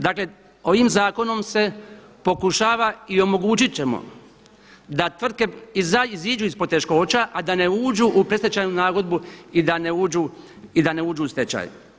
Dakle, ovim zakonom se pokušava i omogućit ćemo da tvrtke iziđu iz poteškoća, a da ne uđu u predstečajnu nagodbu i da ne uđu u stečaj.